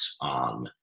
on